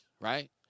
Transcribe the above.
right